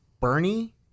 Bernie